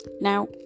now